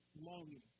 longing